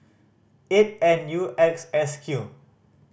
eight N U X S Q